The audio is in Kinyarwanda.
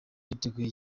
niteguye